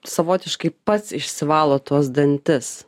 savotiškai pats išsivalo tuos dantis